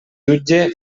jutge